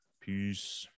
Peace